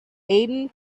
aden